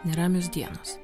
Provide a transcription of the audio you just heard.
neramios dienos